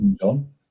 John